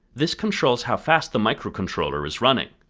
this controls how fast the microcontroller is running.